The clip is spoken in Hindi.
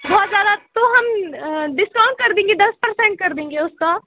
बहुत ज़्यादा तो हम डिस्काउन्ट कर देंगे दस परसेन्ट कर देंगे उसका